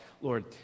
Lord